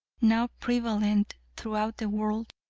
now prevalent throughout the world,